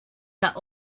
that